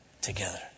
together